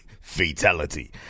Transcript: Fatality